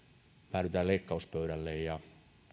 päädytään leikkauspöydälle ja